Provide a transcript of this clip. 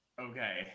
Okay